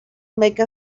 make